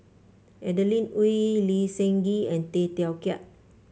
Adeline Ooi Lee Seng Gee and Tay Teow Kiat